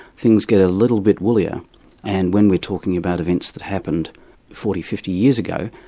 things get a little bit woollier and when we're talking about events that happened forty, fifty years ago,